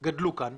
גדלו כאן.